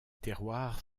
terroirs